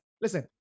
listen